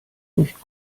nicht